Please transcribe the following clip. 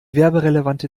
werberelevante